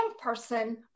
person